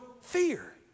fear